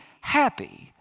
happy